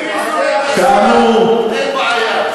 תביא אזורי תעשייה, אין בעיה.